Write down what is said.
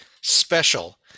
special